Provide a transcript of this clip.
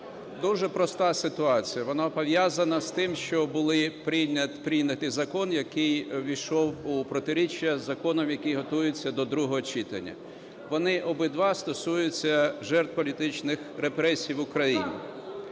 дуже проста ситуація, вона пов'язана з тим, що був прийнятий закон, який ввійшов у протиріччя з законом, який готується до другого читання. Вони обидва стосуються жертв політичних репресій в Україні.